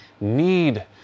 need